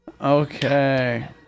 Okay